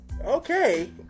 Okay